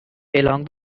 along